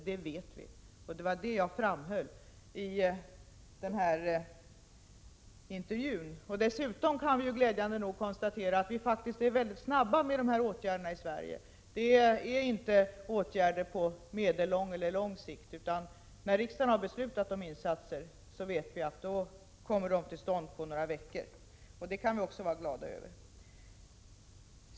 Detta vet vi, och det var det jag framhöll i intervjun. Dessutom kan vi glädjande nog konstatera att vi är mycket snabba med dessa åtgärder i Sverige. Det är inte fråga om åtgärder på medellång eller lång sikt, utan när riksdagen har fattat beslut om insatser så vet vi att de kommer till stånd om några veckor. Det kan vi också vara glada över.